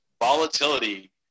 volatility